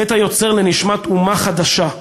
בית-היוצר לנשמת אומה חדשה.